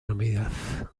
navidad